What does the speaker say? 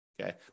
Okay